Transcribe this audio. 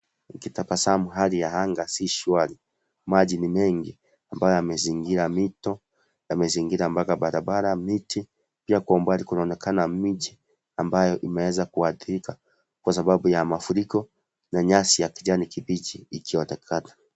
Nikitabasamu hali ya anga si shwari, maji ni mengi ambayo yamezingira mito yamezingira mpaka barabara miti pia kwa umbali kunaonekana mji ambayo imeweza kuadhirika kwasababu ya mafuriko na nyasi ya kijani kibichi ikionekana.